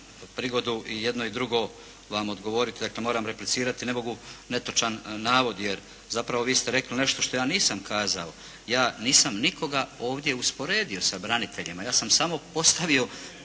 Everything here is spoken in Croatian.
prigodu i jedno i drugo vam odgovoriti, dakle moram replicirati. Ne mogu netočan navod jer zapravo vi ste rekli nešto što ja nisam kazao. Ja nisam nikoga ovdje usporedio sa braniteljima, ja sam samo postavio